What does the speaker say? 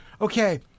okay